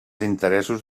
interessos